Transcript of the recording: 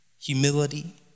humility